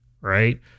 right